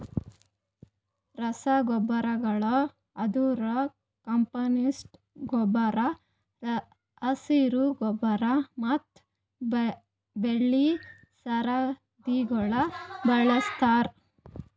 ರಸಗೊಬ್ಬರಗೊಳ್ ಅಂದುರ್ ಕಾಂಪೋಸ್ಟ್ ಗೊಬ್ಬರ, ಹಸಿರು ಗೊಬ್ಬರ ಮತ್ತ್ ಬೆಳಿ ಸರದಿಗೊಳ್ ಬಳಸ್ತಾರ್